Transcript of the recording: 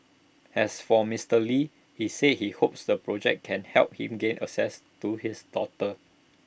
as for Mister lee he said he hopes the project can help him gain access to his daughter